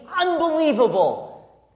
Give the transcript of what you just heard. unbelievable